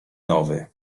nowy